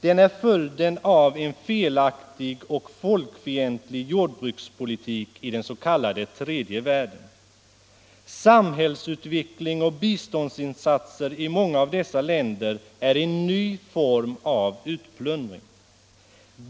Den är följden av en felaktig och folkfientlig jordbrukspolitik i den s.k. tredje världen. Samhällsutveckling och biståndsinsatser i många av dessa länder är en ny form av utplundring.